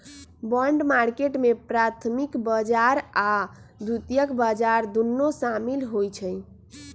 bond market में प्राथमिक बजार आऽ द्वितीयक बजार दुन्नो सामिल होइ छइ